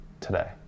today